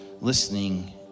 listening